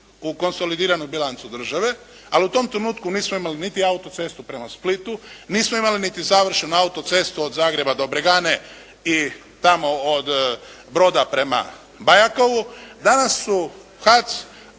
u konsolidiranu bilancu države. Ali u tom trenutku nismo imali niti autocestu prema Splitu, nismo imali niti završenu autocestu od Zagreba do Bregane i tamo od Broda prema Bajakovu. Danas su HAC